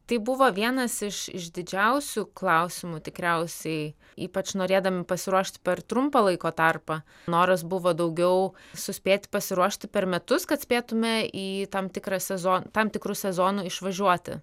tai buvo vienas iš išdidžiausių klausimų tikriausiai ypač norėdami pasiruošti per trumpą laiko tarpą noras buvo daugiau suspėt pasiruošti per metus kad spėtume į tam tikrą sezon tam tikru sezonu išvažiuoti